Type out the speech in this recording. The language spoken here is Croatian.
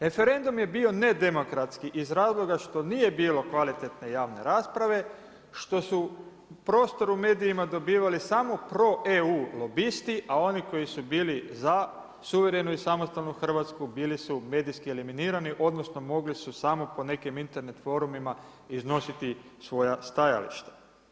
Referendum je bio nedemokratski iz razloga što nije bilo kvalitetne javne rasprave, što su prostor u medijima dobivali samo pro EU lobisti, a oni koji su bili za suverenu i samostalnu Hrvatsku bili su medijski eliminirani odnosno mogli su samo po nekim Internet forumima iznositi svoja stajališta.